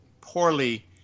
poorly